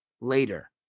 later